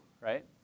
right